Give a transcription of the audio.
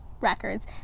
records